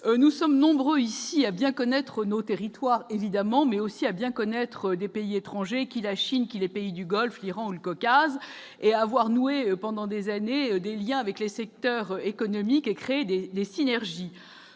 nous sommes nombreux ici à bien connaître nos territoires évidemment mais aussi à bien connaître les pays étrangers qui la Chine qui les pays du Golfe, l'Iran ou le Caucase et avoir noué pendant des années, des Liens avec les secteurs économiques et créer les les synergies